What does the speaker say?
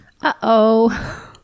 Uh-oh